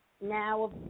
now